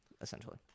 essentially